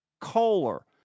Kohler